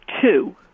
two